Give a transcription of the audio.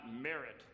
merit